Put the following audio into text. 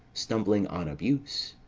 stumbling on abuse.